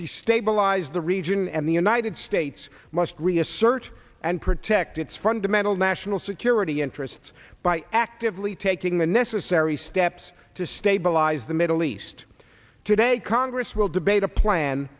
destabilized the region and the united states must reassert and protect its fundamental national security interests by actively taking the necessary steps to stabilize the middle east today congress will debate a plan